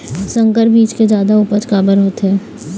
संकर बीज के जादा उपज काबर होथे?